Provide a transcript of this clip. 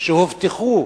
שהובטחו